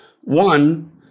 One